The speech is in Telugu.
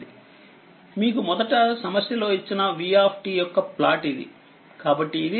మీకు మొదట సమస్యలో ఇచ్చిన v యొక్క ప్లాట్ ఇది